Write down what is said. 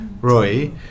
Roy